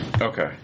Okay